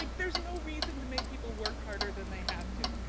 like there's no reason to make people work harder than they have to.